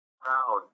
proud